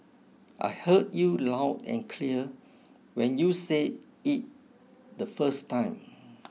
I heard you loud and clear when you said it the first time